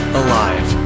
alive